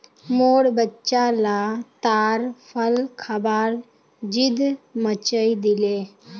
मोर बच्चा ला ताड़ फल खबार ज़िद मचइ दिले